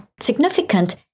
significant